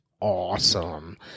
awesome